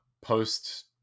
post-